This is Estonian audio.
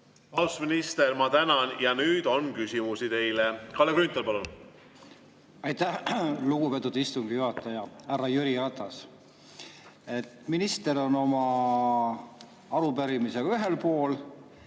minister, ma tänan! Ja nüüd on küsimusi teile. Kalle Grünthal, palun! Aitäh, lugupeetud istungi juhataja härra Jüri Ratas! Minister on oma arupärimisega ühel pool,